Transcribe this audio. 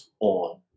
on